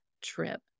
trip